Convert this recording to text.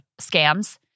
scams